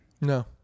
No